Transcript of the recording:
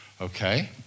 okay